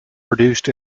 produced